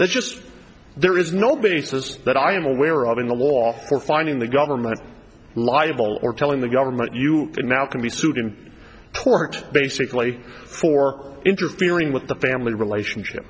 there's just there is no basis that i am aware of in the law for finding the government liable or telling the government you can now can be sued in court basically for interfering with the family relationship